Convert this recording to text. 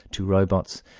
two robots,